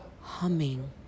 Humming